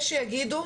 יש שיגידו,